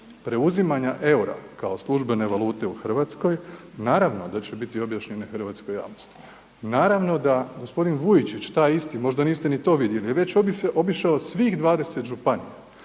preuzimanja EUR-a kao službene valute u Hrvatskoj naravno da će biti objašnjene hrvatskoj javnosti, naravno gospodin Vujčić, taj isti možda niste ni to vidjeli, već obišao svih 20 županija